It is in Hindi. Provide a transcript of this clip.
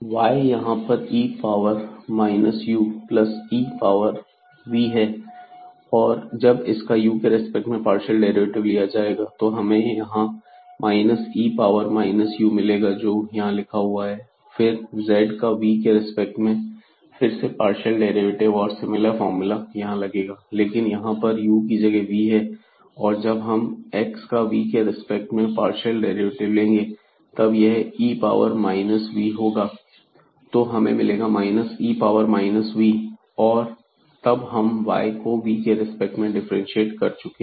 y यहां पर e power minus u plus e power v है और जब इसका u के रिस्पेक्ट में पार्शियल डेरिवेटिव लिया जाएगा तो हमें यहां minus e power minus u मिलेगा जो कि यहां लिखा हुआ है और फिर z का v के रेस्पेक्ट में फिर से पार्शियल डेरिवेटिव और सिमिलर फार्मूला यहां लगेगा लेकिन यहां पर u की जगह v है और जब हम x का v के रेस्पेक्ट में पार्शियल डेरिवेटिव लेंगे तब यह e पावर माइनस v होगा तो हमें मिलेगा minus e power minus v और तब हम y को v के रिस्पेक्ट में डिफ्रेंशिएट कर चुके हैं